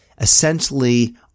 Essentially